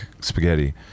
spaghetti